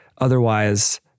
Otherwise